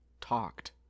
talked